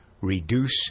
reduce